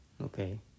Okay